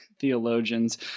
theologians